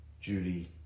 Judy